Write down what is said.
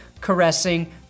caressing